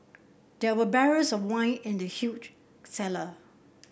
there were barrels of wine in the huge cellar